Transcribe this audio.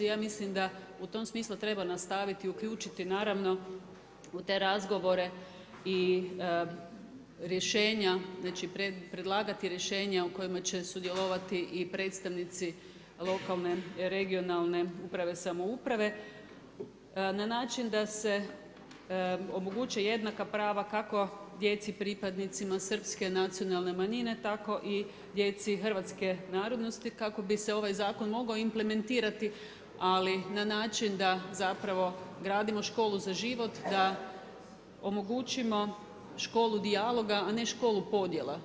Ja mislim da u tom smislu treba nastaviti uključiti naravno u te razgovore i rješenja, znači predlagati rješenja u kojima će sudjelovati i predstavnici lokalne, regionalne, uprave, samouprave na način da se omoguće jednaka prava kako djeci pripadnicima srpske nacionalne manjine tako i djeci hrvatske narodnosti kako bi se ovaj zakon mogao implementirati ali na način da zapravo gradimo školu za život, da omogućimo školu dijaloga, a ne školu podjela.